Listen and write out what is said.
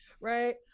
Right